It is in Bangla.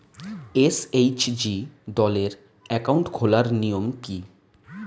এস.এইচ.জি দলের অ্যাকাউন্ট খোলার নিয়ম কী?